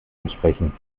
entsprechen